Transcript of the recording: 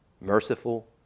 merciful